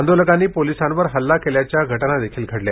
आंदोलकांनी पोलिसांवर हल्ला केल्याच्या घटना देखील घडल्या